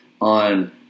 on